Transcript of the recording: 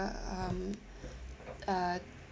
um uh